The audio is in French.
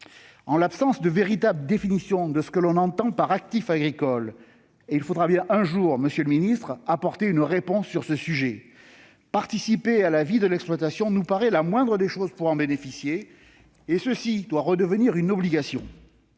Faute d'une véritable définition de ce que l'on entend par actif agricole - et il faudra bien un jour, monsieur le ministre, apporter une réponse à cette question -, participer à la vie de l'exploitation nous paraît la moindre des choses pour bénéficier de l'exemption, et cela doit redevenir une obligation